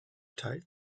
teilt